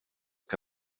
que